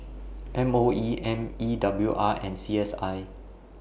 M O E M E W R and C S I